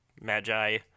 Magi